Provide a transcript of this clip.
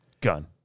Gun